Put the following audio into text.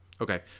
Okay